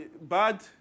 bad